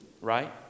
right